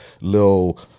little